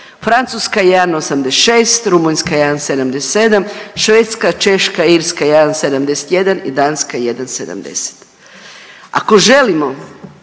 Francuska 1,86, Rumunjska 1,77, Švedska, Češka, Irska 1,71 i Danska 1,70. Ako želimo